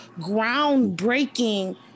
groundbreaking